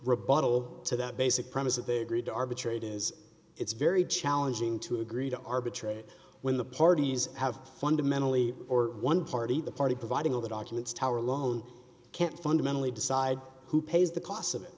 rebuttal to that basic premise that they agreed to arbitrate is it's very challenging to agree to arbitrate when the parties have fundamentally or one party the party providing all the documents to our low can't fundamentally decide who pays the costs of it